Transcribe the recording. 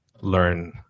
learn